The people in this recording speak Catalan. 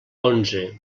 onze